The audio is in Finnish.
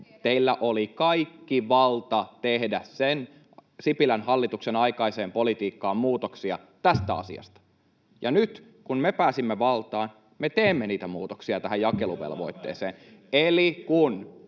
teillä oli kaikki valta tehdä Sipilän hallituksen aikaiseen politiikkaan muutoksia tästä asiasta, ja nyt kun me pääsimme valtaan, me teemme niitä muutoksia tähän jakeluvelvoitteeseen. [Timo